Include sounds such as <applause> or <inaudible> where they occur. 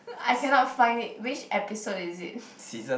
I cannot find it which episode is it <breath>